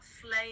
flame